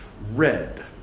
Red